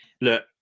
look